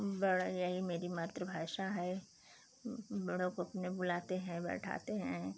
बड़ा यही मेरी मातृभाषा है बड़ों को अपने बुलाते हैं बैठाते हैं